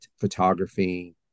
photography